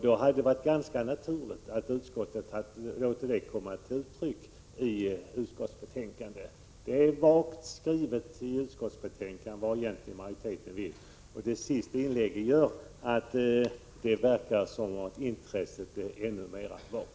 Det hade varit naturligt om utskottet hade låtit det komma till uttryck i betänkandet. Utskottet formulerar på ett mycket vagt sätt vad man egentligen vill, och det senaste inlägget förstärker intrycket av att intresset för att göra någonting är mycket svagt.